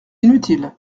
inutile